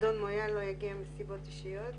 אדון מויאל לא יגיע מסיבות אישיות.